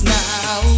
now